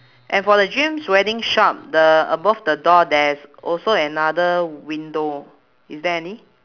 and for the dreams wedding shop the above the door there's also another window is there any